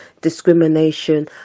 discrimination